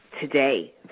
today